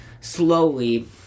slowly